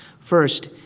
First